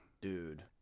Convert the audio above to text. dude